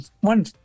one